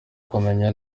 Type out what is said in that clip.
kubamenya